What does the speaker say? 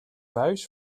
buis